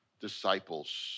disciples